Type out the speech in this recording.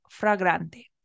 fragrante